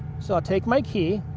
so i'll take my key,